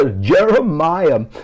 Jeremiah